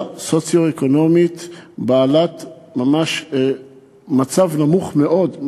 במצב סוציו-אקונומי ממש נמוך מאוד,